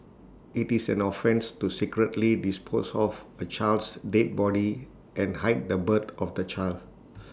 IT is an offence to secretly dispose of A child's dead body and hide the birth of the child